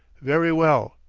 very well,